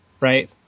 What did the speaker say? Right